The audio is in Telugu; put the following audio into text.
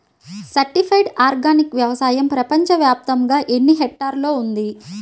సర్టిఫైడ్ ఆర్గానిక్ వ్యవసాయం ప్రపంచ వ్యాప్తముగా ఎన్నిహెక్టర్లలో ఉంది?